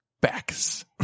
backs